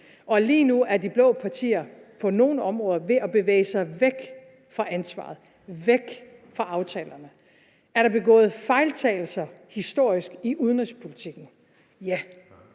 og lige nu er de blå partier på nogle områder ved at bevæge sig væk fra ansvaret, væk fra aftalerne. Er der begået fejltagelser historisk i udenrigspolitikken? Ja.